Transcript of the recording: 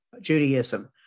Judaism